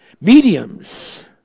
mediums